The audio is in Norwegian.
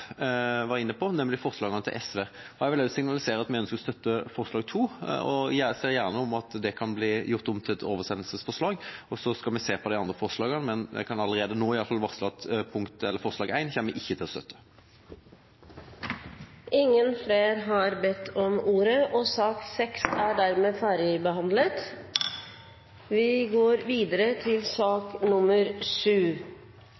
var inne på, nemlig forslagene til SV. Jeg vil også signalisere at vi ønsker å støtte forslag nr. 2, og ser gjerne at det kan bli gjort om til et oversendelsesforslag. Så skal vi se på de andre forslagene. Men jeg kan allerede nå varsle at forslag nr. 1 kommer vi ikke til å støtte. Flere har ikke bedt om ordet til sak nr. 6. Ingen har bedt om ordet. Komiteen har behandlet Prop. 57 L, konfliktrådsloven. Det er